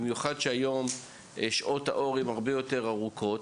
במיוחד שהיום שעות האור ארוכות יותר